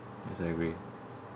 yes yes I agree